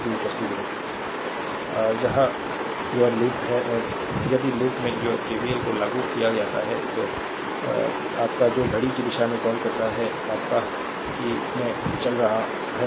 यह your loop 1 है और यदि लूप में your केवीएल को लागू किया जाता है तो your जो घड़ी की दिशा में कॉल करता है your में चल रहा है